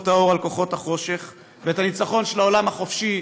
האור על כוחות החושך ואת הניצחון של העולם החופשי,